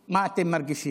מה אתם מרגישים,